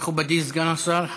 מכובדי סגן השר.